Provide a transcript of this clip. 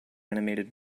animated